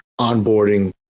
onboarding